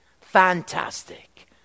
fantastic